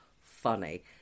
funny